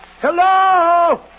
Hello